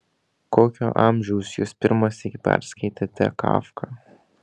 kokio amžiaus jūs pirmąsyk perskaitėte kafką